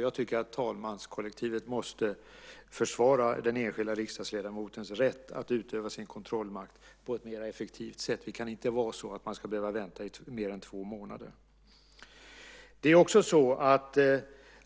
Jag tycker att talmanskollektivet måste försvara den enskilda riksdagsledamotens rätt att utöva sin kontrollmakt på ett mer effektivt sätt. Man ska inte behöva vänta i mer än två månader.